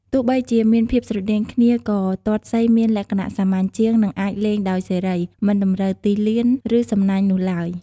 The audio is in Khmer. ទោះបីជាមានភាពស្រដៀងគ្នា ក៏ទាត់សីមានលក្ខណៈសាមញ្ញជាង និងអាចលេងដោយសេរី មិនតម្រូវទីលាន ឬសំណាញ់នោះឡើយ។